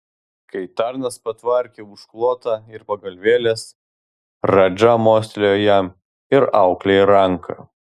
kai tarnas patvarkė užklotą ir pagalvėles radža mostelėjo jam ir auklei ranka